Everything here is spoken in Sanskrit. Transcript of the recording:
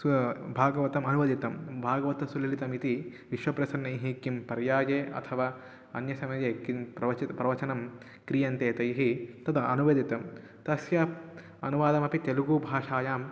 स्व भागवतम् अनुवादितं भागवतं सुललितमिति विश्वप्रसन्नैः किं पर्याये अथवा अन्यसमये किं प्रवचित् प्रवचनं क्रियन्ते तैः तद् अनुवादितं तस्य अनुवादमपि तेलुगुभाषायां